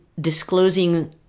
disclosing